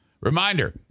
Reminder